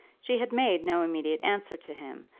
she had made no immediate answer to him,